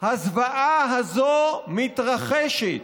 הזוועה הזאת מתרחשת,